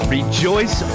Rejoice